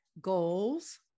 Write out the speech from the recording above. goals